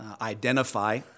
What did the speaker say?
identify